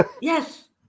Yes